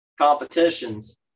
competitions